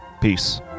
Peace